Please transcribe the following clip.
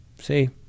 See